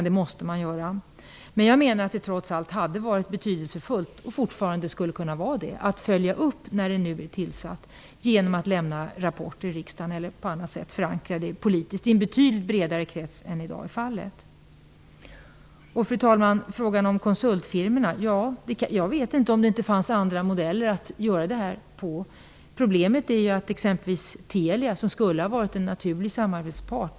Det måste man göra. Jag menar att det trots allt hade varit betydelsefullt, och fortfarande är det, att följa upp detta genom att lämna rapporter i riksdagen eller på annat sätt förankra det politiskt i en betydligt bredare krets än vad som i dag är fallet. Fru talman! Sedan gällde det frågan om konsultfirmorna. Jag vet inte om det inte fanns andra modeller att göra detta på. Telia skulle ha varit en naturlig samarbetspart.